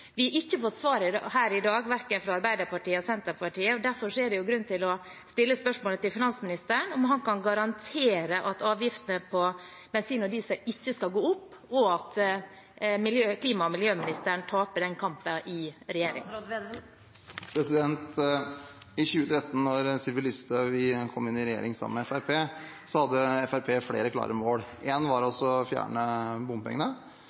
Vi har ikke fått svar her i dag verken fra Arbeiderpartiet eller fra Senterpartiet, og derfor er det grunn til å stille spørsmål til finansministeren om han kan garantere at avgiftene på bensin og diesel ikke skal gå opp, og at klima- og miljøministeren taper den kampen i regjeringen. I 2013, da Sylvi Listhaug kom inn i regjering sammen med Fremskrittspartiet, hadde Fremskrittspartiet flere klare mål. Et var å fjerne bompengene.